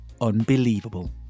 unbelievable